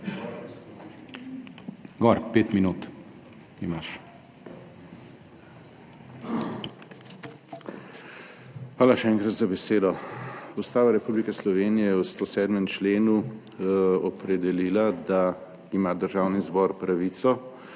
GRIMS (PS SDS):** Hvala, še enkrat za besedo. Ustava Republike Slovenije je v 107. členu opredelila, da ima Državni zbor pravico,